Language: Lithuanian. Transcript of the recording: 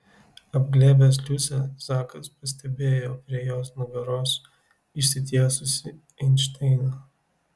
apglėbęs liusę zakas pastebėjo prie jos nugaros išsitiesusį einšteiną